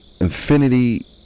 infinity